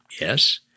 Yes